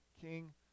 king